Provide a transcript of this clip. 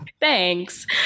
Thanks